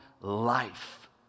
life